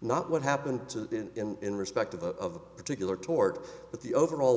not what happened to him in respect of the particular tort but the overall